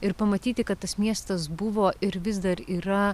ir pamatyti kad tas miestas buvo ir vis dar yra